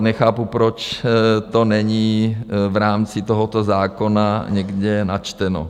Nechápu, proč to není v rámci tohoto zákona někde načteno.